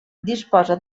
disposa